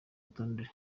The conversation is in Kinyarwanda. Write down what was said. rutonde